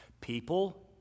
people